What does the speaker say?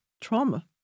trauma